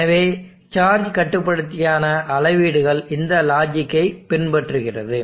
எனவே சார்ஜ் கட்டுபடுத்திக்கான அளவீடுகள் இந்த லாஜிக்கை பின்பற்றுகிறது